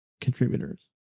contributors